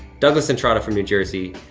douglas entrada from new jersey.